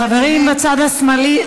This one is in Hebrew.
חברים בצד השמאלי,